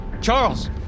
Charles